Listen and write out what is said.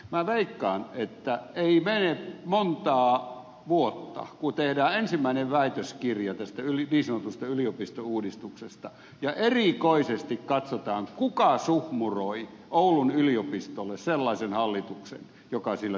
minä veikkaan että ei mene montaa vuotta kun tehdään ensimmäinen väitöskirja tästä niin sanotusta yliopistouudistuksesta ja erikoisesti katsotaan kuka suhmuroi oulun yliopistolle sellaisen hallituksen joka sillä tällä hetkellä on